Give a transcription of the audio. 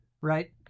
Right